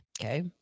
Okay